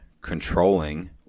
controlling